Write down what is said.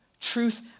Truth